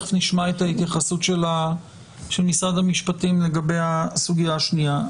נשמע את ההתייחסות של משרד המשפטים לגבי הסוגיה השנייה.